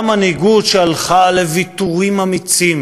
מנהיגות שהלכה לוויתורים אמיצים: